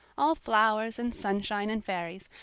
all flowers and sunshine and fairies,